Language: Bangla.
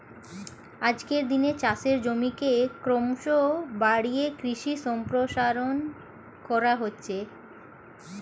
আজকের দিনে চাষের জমিকে ক্রমশ বাড়িয়ে কৃষি সম্প্রসারণ করা হচ্ছে